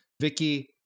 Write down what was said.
Vicky